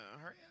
hurry